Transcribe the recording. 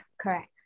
correct